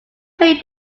pay